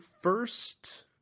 first